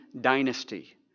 dynasty